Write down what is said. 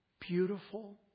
beautiful